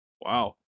Wow